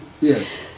Yes